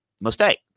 mistake